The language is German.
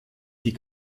die